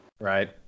Right